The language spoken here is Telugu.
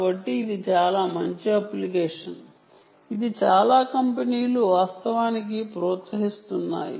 కాబట్టి ఇది చాలా మంచి అప్లికేషన్ దీనిని చాలా కంపెనీలు వాస్తవానికి ప్రోత్సహిస్తున్నాయి